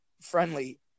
friendly